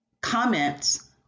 comments